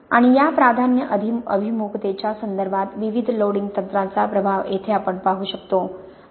आणि या प्राधान्य अभिमुखतेच्या संदर्भात विविध लोडिंग तंत्रांचा प्रभाव येथे आपण पाहू शकतो